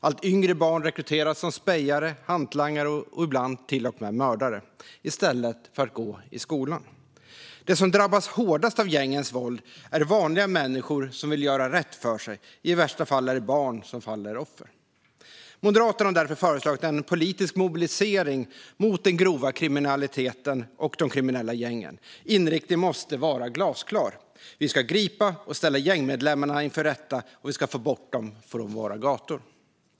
Allt yngre barn rekryteras som spejare, hantlangare och ibland till och med mördare - i stället för att gå i skolan. De som drabbas hårdast av gängens våld är vanliga människor som vill göra rätt för sig. I värsta fall är det barn som faller offer. Moderaterna har därför föreslagit en politisk mobilisering mot den grova kriminaliteten och de kriminella gängen. Inriktningen måste vara glasklar: Vi ska gripa gängmedlemmarna och ställa dem inför rätta, och vi ska få bort dem från våra gator.